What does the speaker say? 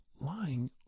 lying